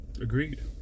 Agreed